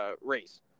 race